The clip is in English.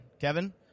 Kevin